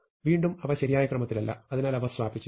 വീണ്ടും അവ ശരിയായ ക്രമത്തിലല്ല അതിനാൽ അവ സ്വാപ്പ് ചെയ്യും